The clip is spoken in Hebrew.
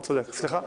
צודק.